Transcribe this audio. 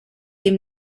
dem